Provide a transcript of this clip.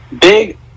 Big